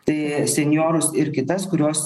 tai senjorus ir kitas kurios